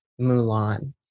Mulan